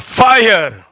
fire